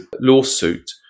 lawsuit